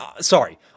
sorry